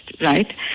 right